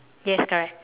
yes correct